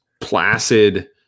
placid